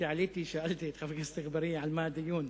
כשעליתי שאלתי את חבר הכנסת אגבאריה על מה הדיון.